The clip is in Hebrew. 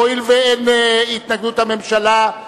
הואיל ואין התנגדות הממשלה,